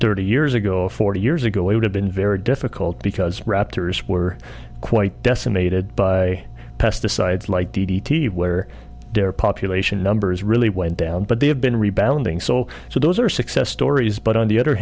thirty years ago or forty years ago it would have been very difficult because raptors were quite decimated by pesticides like d d t where their population numbers really went down but they have been rebounding so so those are success stories but on the other